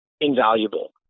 invaluable